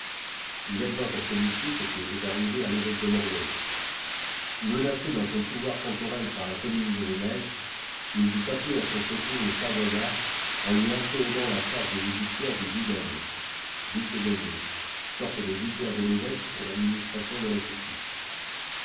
il advint à celui-ci ce qui était arrivé ù i'évôque de mauricnne menacé dans son pouvoir temporel par la commune de genève il dut appeler à son secours le savoyard en lui inféodant la charge judiciaire du vidomne vicc dominus sorte de vicaire de l'évoque pour l'administration de la justice